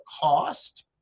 cost